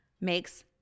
makes